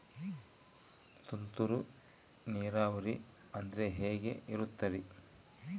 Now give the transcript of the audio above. ತುಂತುರು ನೇರಾವರಿ ಅಂದ್ರೆ ಹೆಂಗೆ ಇರುತ್ತರಿ?